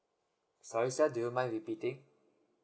sorry sir do you mind repeating